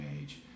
age